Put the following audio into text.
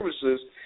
services